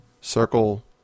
circle